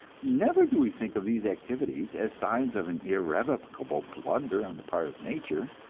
never do we think of these activities as signs of an irrevocable blunder on the part of nature.